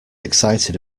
excited